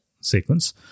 sequence